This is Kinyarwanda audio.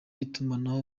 itumanaho